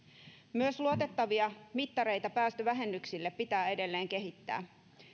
myös luotettavia mittareita päästövähennyksille pitää edelleen kehittää